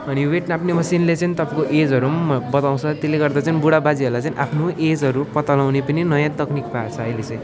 अनि वेट नाप्ने मसिनले चाहिँ तपाईँको एजहरू पनि बताउँछ त्यसले गर्दा चाहिँ बुढा बाजेहरूलाई चाहिँ आफ्नो एजहरू पत्ता लाउने पनि नयाँ तकनिक भएको छ अहिले चाहिँ